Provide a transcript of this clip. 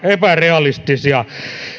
epärealistisia